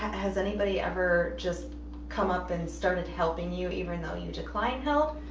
has anybody ever just come up and started helping you even though you declined help?